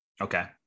Okay